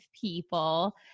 people